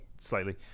slightly